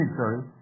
sorry